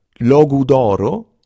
Logudoro